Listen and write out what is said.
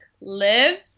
live